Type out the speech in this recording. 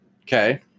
Okay